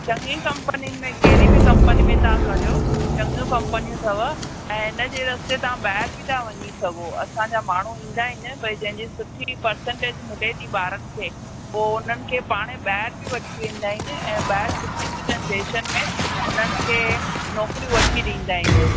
चङी कंपनिनि में कहिड़ी बि कंपनी में तव्हां करियो चङियूं कंपनियूं अथव ऐं हिन जे रस्ते तव्हां ॿाहिरि बि था वञी सघो असांजा माण्हू ईंदा आहिनि भई जंहिं जी सुठी पर्संटेज मिले थी ॿारनि खे उहो हुननि खे पाणे ॿाहिरि बि वठी वेंदा आहिनि ऐं ॿाहिरि सुठियुनि सुठियुनि देशनि में उन्हनि खे नौकरियूं वठी ॾींदा आहिनि